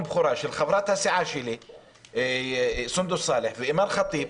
בכורה של חברות הסיעה שלי סונדוס סאלח ואימאן ח'טיב,